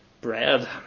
bread